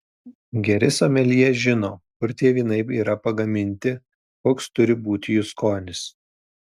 geri someljė žino kur tie vynai yra pagaminti koks turi būti jų skonis